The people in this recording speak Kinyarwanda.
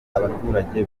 abaturage